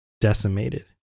decimated